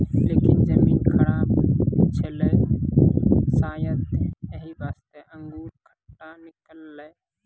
लेकिन जमीन खराब छेलै शायद यै वास्तॅ अंगूर खट्टा निकललै